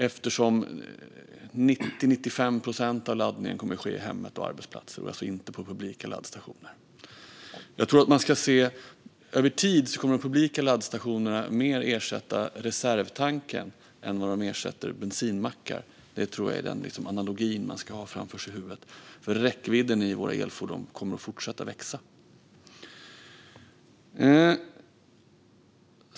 90-95 procent av laddningen kommer att ske i hemmet och på arbetsplatser, alltså inte på publika laddstationer. Över tid kommer de publika laddstationerna snarare att ersätta reservdunken än bensinmackarna. Jag tror att det är den analogin man ska ha framför sig. Räckvidden i våra elfordon kommer ju att fortsätta att öka.